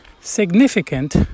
significant